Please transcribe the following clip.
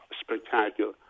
spectacular